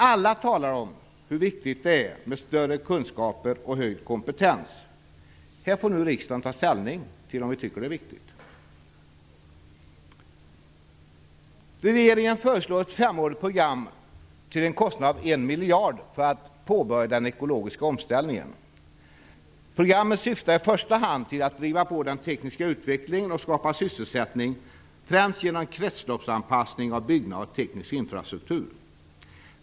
Alla talar om hur viktigt det är med större kunskaper och höjd kompetens. Nu får vi i riksdagen ta ställning till om vi tycker att det är viktigt. Regeringen föreslår ett femårigt program till en kostnad av en miljard för att påbörja den ekologiska omställningen. Programmet syftar i första hand till att driva på den tekniska utvecklingen och skapa sysselsättning främst genom kretsloppsanpassning av byggnader och teknisk infrastruktur.